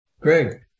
Greg